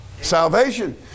Salvation